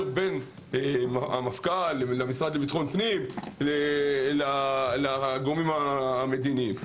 בין המפכ"ל למשרד לביטחון פנים והגורמים המדיניים.